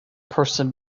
person